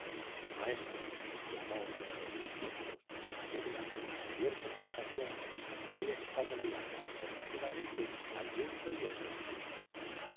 maestro exclamó uno de los discípulos que durante la anterior conversación había estado mirando alternativamente al lienzo y al religioso